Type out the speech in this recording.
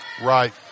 Right